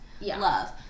love